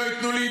כבר שנים,